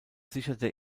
sicherte